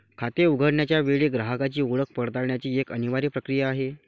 खाते उघडण्याच्या वेळी ग्राहकाची ओळख पडताळण्याची एक अनिवार्य प्रक्रिया आहे